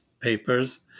papers